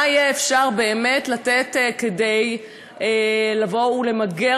מה יהיה אפשר באמת לתת כדי לבוא ולמגר